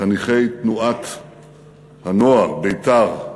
חניכי תנועת הנוער בית"ר,